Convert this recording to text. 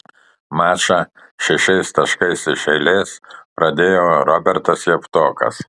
mačą šešiais taškais iš eilės pradėjo robertas javtokas